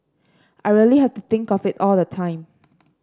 I really have to think of it all the time